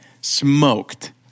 Smoked